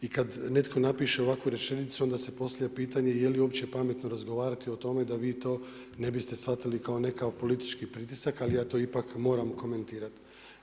I kad netko napiše ovakvu rečenicu onda se postavlja pitanje je li pametno razgovarati o tome da vi to ne biste shvatili kao nekakav politički pritisak, ali ja to ipak moram komentirati.